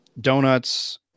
donuts